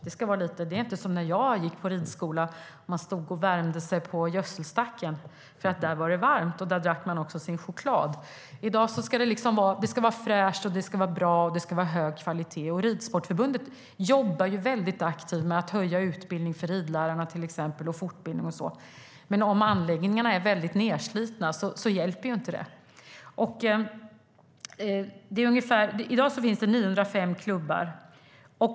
Det är inte som när jag gick på ridskola och man stod och värmde sig vid gödselstacken därför att det var varmt där, och där drack man också sin choklad. I dag ska det vara fräscht, bra och ha hög kvalitet. Svenska Ridsportförbundet jobbar väldigt aktivt med att till exempel höja utbildning för ridlärarna, fortbildning och så vidare. Men om anläggningarna är väldigt nedslitna hjälper inte det. I dag finns det 905 klubbar.